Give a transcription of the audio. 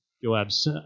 Joab's